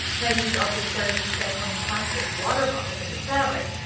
nike's also started recycling plastic water bottles into fabric.